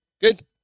Good